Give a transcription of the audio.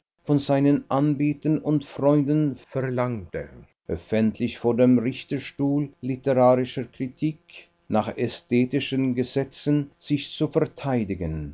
von seinen anbetern und freunden verlangte öffentlich vor dem richterstuhl literarischer kritik nach ästhetischen gesetzen sich zu verteidigen